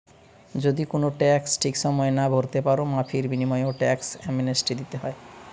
যদি কুনো ট্যাক্স ঠিক সময়ে না ভোরতে পারো, মাফীর বিনিময়ও ট্যাক্স অ্যামনেস্টি দিতে হয়